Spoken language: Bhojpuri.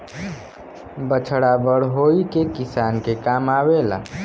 बछड़ा बड़ होई के किसान के काम आवेला